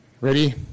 Ready